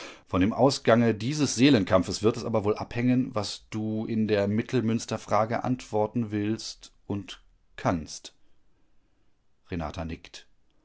von dem ausgange dieses seelenkampfes wird es aber wohl abhängen was du in der mittelmünsterfrage antworten willst und kannst renata nickt